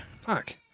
Fuck